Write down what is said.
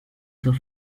zur